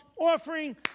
offering